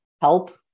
help